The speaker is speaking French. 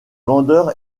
vendeurs